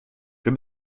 wir